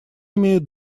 имеют